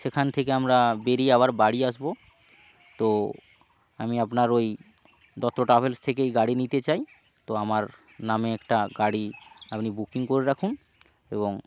সেখান থেকে আমরা বেরিয়ে আবার বাড়ি আসবো তো আমি আপনার ওই দত্ত ট্রাভেলস থেকে এই গাড়ি নিতে চাই তো আমার নামে একটা গাড়ি আপনি বুকিং করে রাখুন এবং